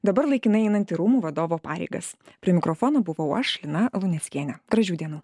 dabar laikinai einantį rūmų vadovo pareigas prie mikrofono buvau aš lina luneckienė gražių dienų